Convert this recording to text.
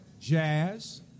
jazz